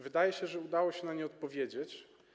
Wydaje się, że udało się na nie odpowiedzieć.